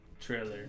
Trailer